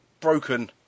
broken